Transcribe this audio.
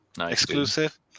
exclusive